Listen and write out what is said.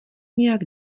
nějak